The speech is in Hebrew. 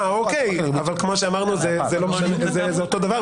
או-קיי, אבל כמו שאמרנו זה אותו הדבר.